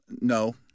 No